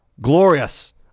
glorious